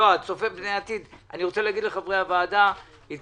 צופה פני עתיד אני רוצה להגיד לחברי הוועדה שהתקשר